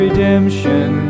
Redemption